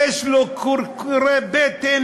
יש לו קרקורי בטן,